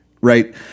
right